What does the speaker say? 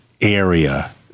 area